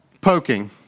poking